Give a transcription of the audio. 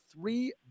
three